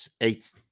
eight